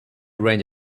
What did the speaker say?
range